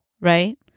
right